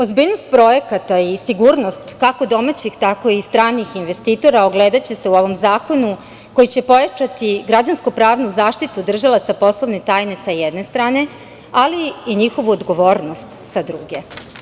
Ozbiljnost projekata i sigurnost kako domaćih tako i stranih investitora ogledaće se u ovom zakonu koji će pojačati građansko-pravnu zaštitu držilaca poslovne tajne, sa jedne strane, ali i njihovu odgovornost, sa druge.